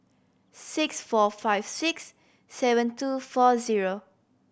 six four five six seven two four zero